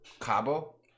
Cabo